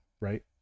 right